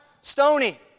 stony